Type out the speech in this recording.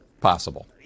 possible